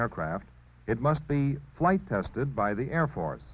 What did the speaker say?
aircraft it must be flight tested by the air force